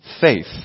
faith